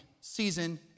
season